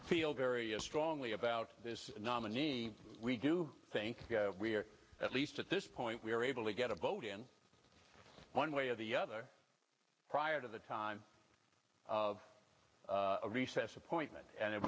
feel very strongly about this nominee we do think we're at least at this point we are able to get a vote in one way or the other prior to the time of a recess appointment and it